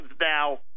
now